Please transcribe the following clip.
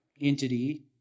entity